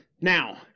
Now